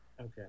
Okay